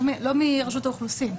לא מרשות האוכלוסין.